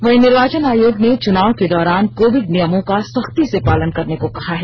वहीं निर्वाचन आयोग ने चुनाव के दौरान कोविड नियमों का सख्ती से पालन करने को कहा है